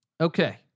Okay